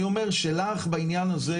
אני אומר שלך בעניין הזה,